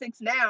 now